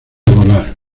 volar